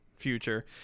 Future